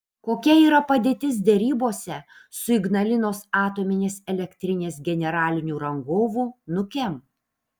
kokia yra padėtis derybose su ignalinos atominės elektrinės generaliniu rangovu nukem